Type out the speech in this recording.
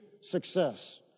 success